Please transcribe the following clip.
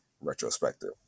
retrospective